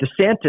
DeSantis